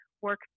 work